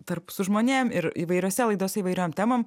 tarp su žmonėm ir įvairiose laidose įvairiom temom